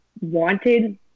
wanted